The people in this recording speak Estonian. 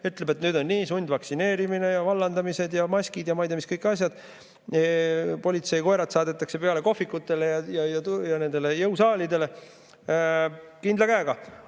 Ütleb, et nüüd on nii, sundvaktsineerimine ja vallandamised ja maskid ja ei tea mis kõik veel, politseikoerad saadetakse peale kohvikutele ja jõusaalidele. Kindla käega!